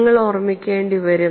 നിങ്ങൾ ഓർമ്മിക്കേണ്ടിവരും